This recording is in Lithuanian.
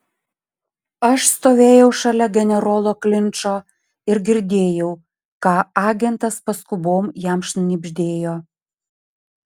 aš stovėjau šalia generolo klinčo ir girdėjau ką agentas paskubom jam šnibždėjo